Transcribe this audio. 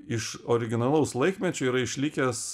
iš originalaus laikmečio yra išlikęs